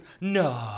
No